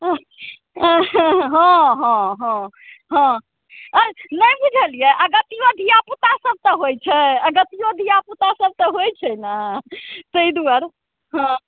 हँ हँ हँ हँ आओर नहि बुझलिए अगत्तिओ धिआपुता सब तऽ होइछै अगत्तिओ धिआ तऽ सब होइ छै ने ताहि दुआरे हँ